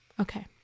Okay